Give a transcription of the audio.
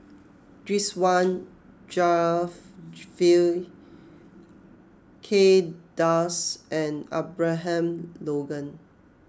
Ridzwan Dzafir Kay Das and Abraham Logan